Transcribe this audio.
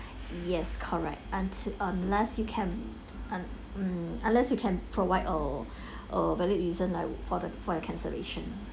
yes correct unt~ unless you can un~ mm unless you can provide a a valid reason like for the for your cancellation